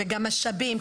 וגם משאבים,